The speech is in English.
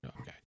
Okay